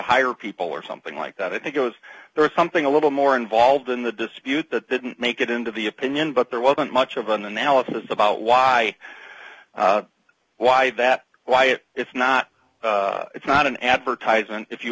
hire people or something like that i think it was something a little more involved in the dispute that didn't make it into the opinion but there wasn't much of an analysis about why why that why if it's not it's not an advertisement if you